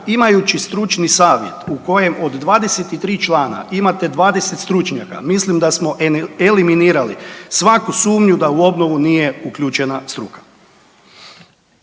imajući stručni savjet u kojem od 23 člana imate 20 stručnjaka mislim da smo eliminirali svaku sumnju da u obnovu nije uključena struka.